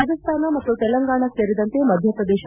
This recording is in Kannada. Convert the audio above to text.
ರಾಜಸ್ಥಾನ ಮತ್ತು ತೆಲಂಗಾಣ ಸೇರಿದಂತೆ ಮಧ್ಯಪ್ರದೇಶ